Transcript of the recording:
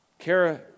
Kara